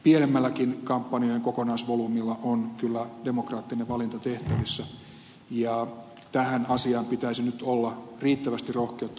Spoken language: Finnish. pienemmälläkin kampanjoiden kokonaisvolyymillä on kyllä demokraattinen valinta tehtävissä ja tähän asiaan pitäisi nyt olla riittävästi rohkeutta puuttua